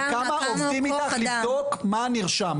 כמה עובדים איתך לבדוק מה נרשם?